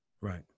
Right